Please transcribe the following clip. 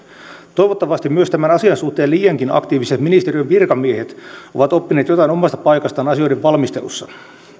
toivottavasti myös tämän asian suhteen liiankin aktiiviset ministeriön virkamiehet ovat oppineet jotain omasta paikastaan asioiden valmistelussa